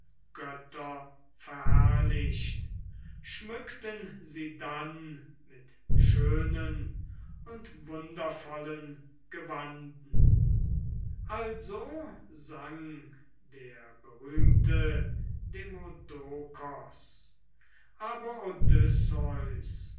götter verherrlicht schmückten sie dann mit schönen und wundervollen gewanden also sang der berühmte demodokos aber